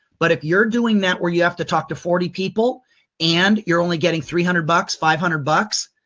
but if you're doing that where you have to talk to forty people and you're only getting three hundred bucks, five hundred bucks,